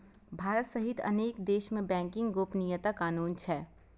भारत सहित अनेक देश मे बैंकिंग गोपनीयता कानून छै